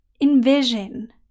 envision